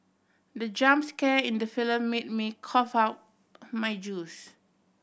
the jump scare in the film made me cough out my juice